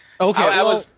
Okay